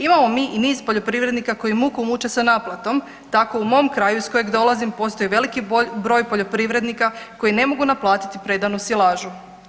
Imamo mi i niz poljoprivrednika koji muku muče sa naplatom, tako u mom kraju iz kog dolazim postoji veliki broj poljoprivrednika koji ne mogu naplatiti predanu silažu.